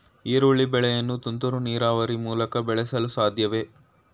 ಈರುಳ್ಳಿ ಬೆಳೆಯನ್ನು ತುಂತುರು ನೀರಾವರಿ ಮೂಲಕ ಬೆಳೆಸಲು ಸಾಧ್ಯವೇ?